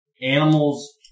animals